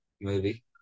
movie